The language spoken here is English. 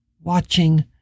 Watching